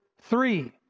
three